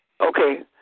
Okay